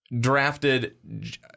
drafted –